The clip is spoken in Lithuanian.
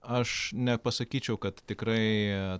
aš nepasakyčiau kad tikrai